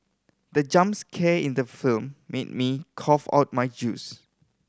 the jump scare in the film made me cough out my juice